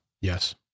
yes